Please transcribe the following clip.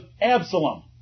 Absalom